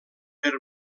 per